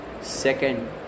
second